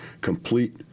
complete